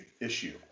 issue